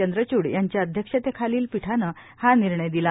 चंद्रचूड यांच्या अध्यक्षतेखालच्या पीठानं हा निर्णय दिला